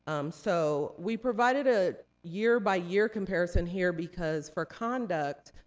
so, we provided a year by year comparison here, because for conduct,